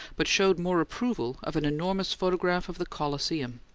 but showed more approval of an enormous photograph of the colosseum.